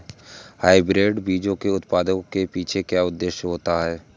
Hybrid बीजों के उत्पादन के पीछे क्या उद्देश्य होता है?